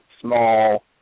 small